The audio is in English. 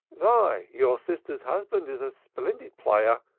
why, your sister's husband is a splendid player,